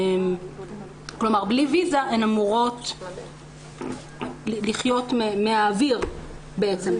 כלומר, בלי ויזה הן אמורות לחיות מהאוויר בעצם.